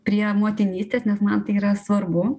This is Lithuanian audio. prie motinystės nes man tai yra svarbu